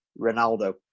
Ronaldo